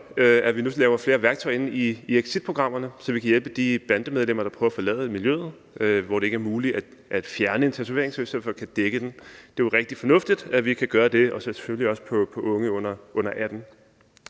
at vi nu laver flere værktøjer i exitprogrammerne, så vi kan hjælpe de bandemedlemmer, der prøver at forlade miljøet, og hvor det ikke er muligt at fjerne en tatovering, men hvor vi så i stedet for kan dække den. Det er jo rigtig fornuftigt, at vi kan gøre det, selvfølgelig også på unge under 18